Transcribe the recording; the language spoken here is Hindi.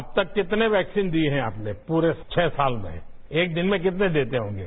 अब तक कितने वैक्सीन दिये हैं आपने पूरे छह साल में एक दिन में कितने देते होंगे